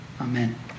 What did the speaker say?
Amen